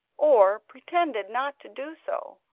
or pretended not to do so,